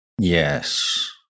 Yes